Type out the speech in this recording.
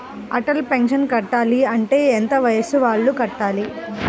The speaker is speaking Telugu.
అటల్ పెన్షన్ కట్టాలి అంటే ఎంత వయసు వాళ్ళు కట్టాలి?